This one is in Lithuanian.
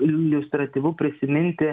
iliustratyvu prisiminti